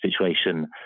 situation